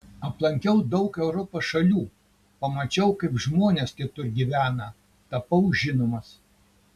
aplankiau daug europos šalių pamačiau kaip žmonės kitur gyvena tapau žinomas